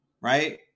right